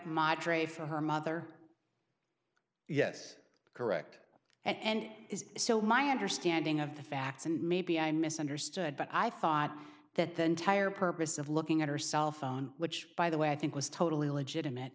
madre from her mother yes correct and it is so my understanding of the facts and maybe i misunderstood but i thought that the entire purpose of looking at her cell phone which by the way i think was totally legitimate